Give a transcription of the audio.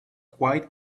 quite